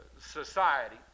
society